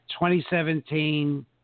2017